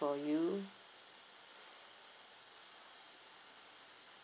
for you